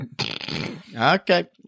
Okay